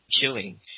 Killing